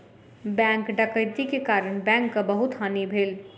bank डकैती के कारण बैंकक बहुत हानि भेल